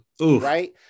right